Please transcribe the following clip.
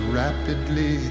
rapidly